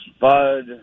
Bud